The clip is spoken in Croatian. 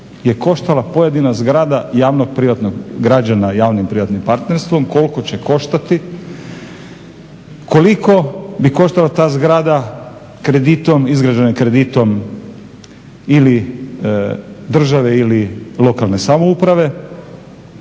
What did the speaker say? je koštala pojedina zgrada javno-privatnog, građana javno-privatnim partnerstvom, koliko će koštati, koliko bi koštala ta zgrada kreditom, izgrađena kreditom ili države ili lokalne samouprave,